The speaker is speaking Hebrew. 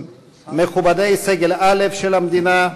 מכובדי סגל א' של המדינה,